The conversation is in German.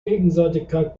gegenseitigkeit